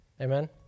amen